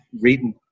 reading